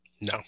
No